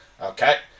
Okay